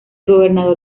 gobernador